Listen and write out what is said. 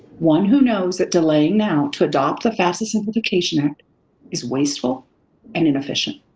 one who knows that delaying now to adopt the fafsa simplification act is wasteful and inefficient.